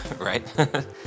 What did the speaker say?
Right